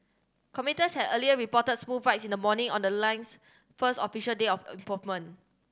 commuters had earlier reported smooth rides in the morning on the lane's first official day of approvement